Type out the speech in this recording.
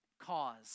cause